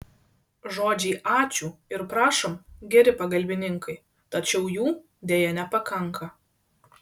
žodžiai ačiū ir prašom geri pagalbininkai tačiau jų deja nepakanka